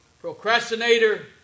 procrastinator